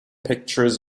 pictures